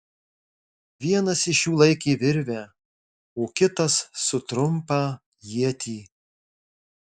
vienas iš jų laikė virvę o kitas su trumpą ietį